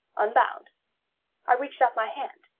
unbound i reached out my hand,